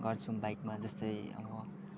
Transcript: गर्छौँ बाइकमा जस्तै अब